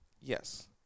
yes